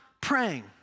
praying